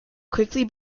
quickly